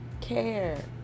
care